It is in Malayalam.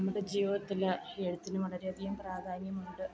നമ്മുടെ ജീവിതത്തിൽ എഴുത്തിന് വളരെയധികം പ്രാധാന്യമുണ്ട്